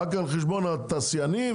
רק על חשבון התעשיינים?